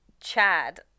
Chad